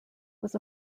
was